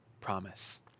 promise